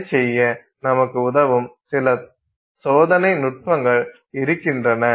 அதைச் செய்ய நமக்கு உதவும் சில சோதனை நுட்பங்கள் இருக்கின்றன